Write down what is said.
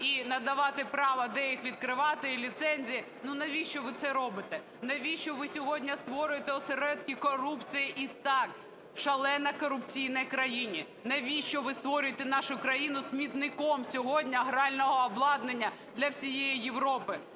і надавати право, де їх відкривати, і ліцензії. Ну, навіщо ви це робите? Навіщо ви сьогодні створюєте осередки корупції, і так шалена корупція в країні? Навіщо ви створюєте нашу Україну смітником сьогодні грального обладнання для всієї Європи?